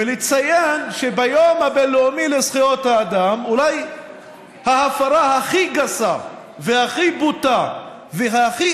ולציין ביום הבין-לאומי לזכויות האדם שאולי ההפרה הכי גסה והכי בוטה והכי